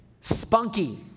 spunky